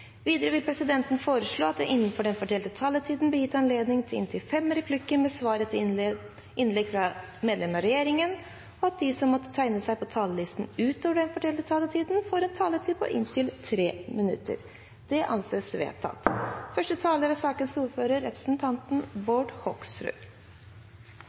Videre vil presidenten foreslå at det – innenfor den fordelte taletid – blir gitt anledning til inntil fem replikker med svar etter innlegg fra medlemmer fra regjeringen, og at de som måtte tegne seg på talerlisten utover den fordelte taletid, får en taletid på inntil 3 minutter. – Det anses vedtatt.